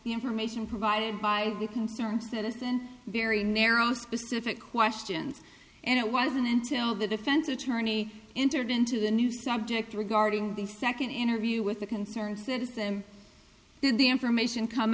information provided by the concerned citizen very narrow specific questions and it wasn't until the defense attorney entered into the new subject regarding the second interview with a concerned citizen did the information come